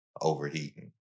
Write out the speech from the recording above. overheating